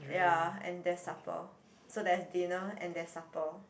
ya and there's supper so there's dinner and there's supper